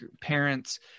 parents